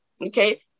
Okay